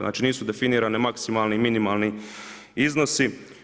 Znači nisu definirani maksimalni i minimalni iznosi.